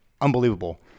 unbelievable